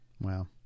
Wow